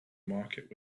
market